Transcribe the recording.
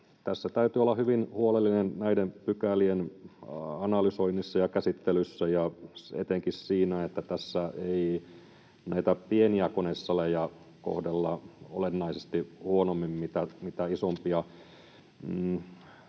täytyy olla hyvin huolellinen näiden pykälien analysoinnissa ja käsittelyssä ja etenkin siinä, että tässä ei näitä pieniä konesaleja kohdeltaisi olennaisesti huonommin kuin isompia.